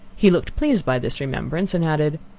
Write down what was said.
he looked pleased by this remembrance, and added,